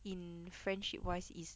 in friendship wise is